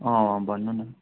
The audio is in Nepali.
भन्नु न